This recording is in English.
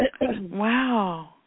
Wow